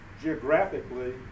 geographically